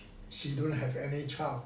she don't have any child